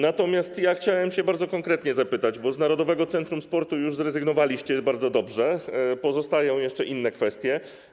Natomiast ja chciałem bardzo konkretnie się zapytać, bo z Narodowego Centrum Sportu już zrezygnowaliście, bardzo dobrze, ale pozostają jeszcze inne kwestie.